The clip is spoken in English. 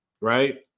right